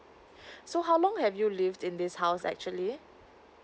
so how long have you lived in this house actually